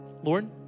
Lord